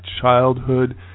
childhood